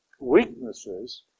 weaknesses